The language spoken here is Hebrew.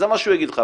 זה מה שהוא יגיד לך.